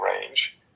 range